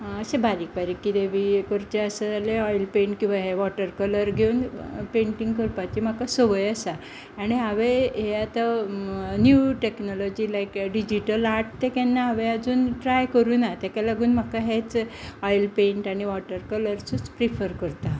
अशें बारीक बारीक कितें बीन करचें आसा बीन जाल्यार ऑयलपेंट किंवां वॉटर कलर घेवन पेंटींग करपाची म्हाका संवय आसा आनी हांवें हे आता नीव्ह टॅक्नोलॉजी लायक डिजीटल आर्ट तें केन्ना हांवें अजून ट्राय करूंक ना तेका लागून म्हाका हेच ऑयलपेंट आनी वॉटर कलरूच प्रिफर करतां